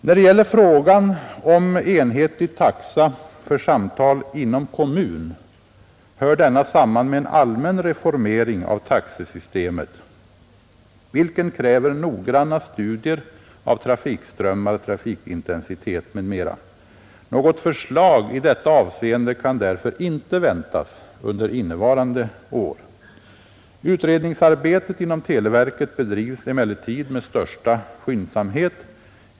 När det gäller frågan om enhetlig taxa för samtal inom kommun hör denna samman med en allmän reformering av taxesystemet, vilken kräver noggranna studier av trafikströmmar, trafikintensitet m.m. Något förslag i detta avseende kan därför inte väntas under innevarande år. Utredningsarbetet inom televerket bedrivs emellertid med största skyndsamhet.